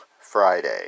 Friday